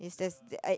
is this the I